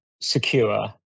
secure